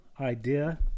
idea